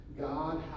God